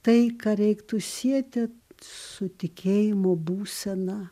tai ką reiktų sieti su tikėjimo būsena